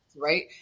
right